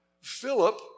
Philip